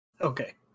Okay